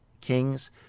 kings